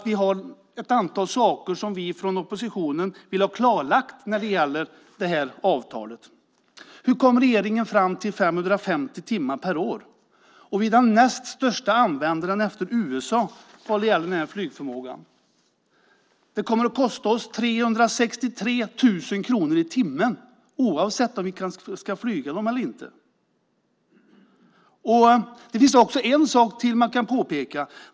Vi har ett antal saker som vi från oppositionen vill ha klarlagda när det gäller det här avtalet. Hur kom regeringen fram till 550 timmar per år? Vi är den näst största användaren efter USA vad gäller flygförmåga. Det kommer att kosta oss 363 000 kronor i timmen, oavsett om vi ska flyga eller inte. Det finns en sak till man kan påpeka.